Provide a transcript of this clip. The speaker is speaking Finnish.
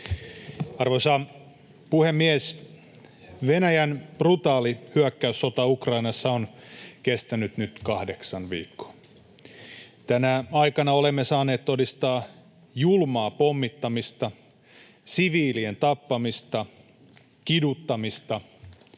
Arvoisa puhemies! Venäjän brutaali hyökkäyssota Ukrainassa on kestänyt nyt kahdeksan viikkoa. Tänä aikana olemme saaneet todistaa julmaa pommittamista, siviilien tappamista, kiduttamista